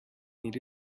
need